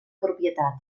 propietat